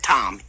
Tom